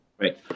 Right